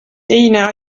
teine